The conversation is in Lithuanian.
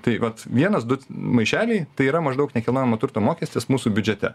tai vat vienas du maišeliai tai yra maždaug nekilnojamo turto mokestis mūsų biudžete